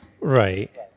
Right